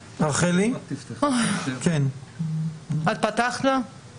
הוא נמצא על שולחן שלנו כל